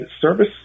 service